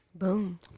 Boom